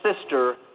sister